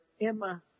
Emma